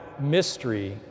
mystery